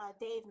Dave